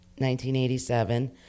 1987